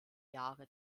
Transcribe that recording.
jahre